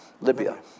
Libya